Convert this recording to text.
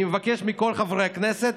אני מבקש מכל חברי הכנסת,